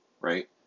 right